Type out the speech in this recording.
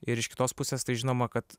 ir iš kitos pusės tai žinoma kad